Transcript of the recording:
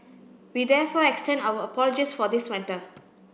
we therefore extend our apologies for this matter